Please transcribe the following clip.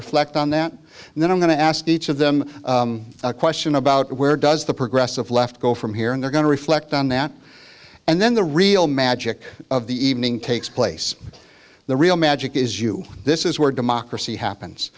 reflect on that and then i'm going to ask each of them a question about where does the progressive left go from here and they're going to reflect on that and then the real magic of the evening takes place the real magic is you this is where democracy